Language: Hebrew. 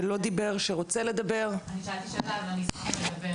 על מנת לראות שכולם מיודעים,